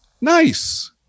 nice